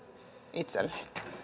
itselleen